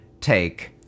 take